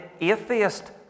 atheist